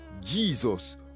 Jesus